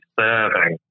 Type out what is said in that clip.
serving